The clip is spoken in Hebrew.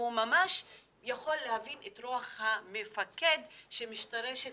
הוא ממש יכול להביא את רוח המפקד שמשתרשת